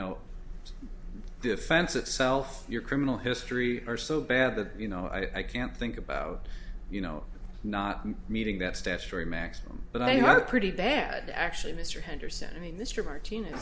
know defense itself your criminal history are so bad that you know i can't think about you know not meeting that statutory maximum but i had a pretty bad actually mr henderson and he mr martinez